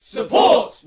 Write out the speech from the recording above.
Support